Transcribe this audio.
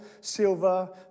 silver